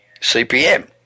CPM